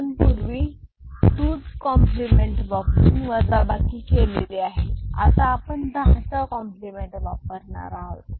आपण पूर्वी 2s complement वापरून वजाबाकी केलेली आहे आता आपण दहाचा कॉम्प्लिमेंट वापरणार आहोत